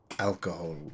Alcohol